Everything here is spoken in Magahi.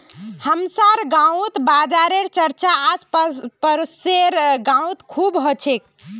हमसार गांउत बाजारेर चर्चा आस पासेर गाउत खूब ह छेक